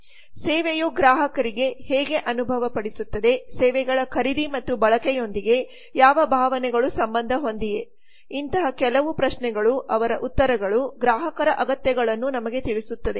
ಸೇವೆಯು ಗ್ರಾಹಕರಿಗೆ ಹೇಗೆ ಅನುಭವ ಪಡಿಸುತ್ತದೆ ಸೇವೆಗಳ ಖರೀದಿ ಮತ್ತು ಬಳಕೆಯೊಂದಿಗೆ ಯಾವ ಭಾವನೆಗಳು ಸಂಬಂಧ ಹೊಂದಿವೆ ಇಂತಹ ಕೆಲವು ಪ್ರಶ್ನೆಗಳು ಅವರ ಉತ್ತರಗಳುಗ್ರಾಹಕರಅಗತ್ಯಗಳನ್ನು ನಮಗೆ ತಿಳಿಸುತ್ತದೆ